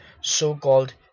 so-called